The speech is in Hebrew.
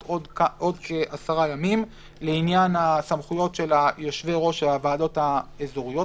עוד כעשרה ימים לעניין הסמכויות של יושבי-ראש הוועדות האזוריות,